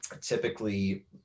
typically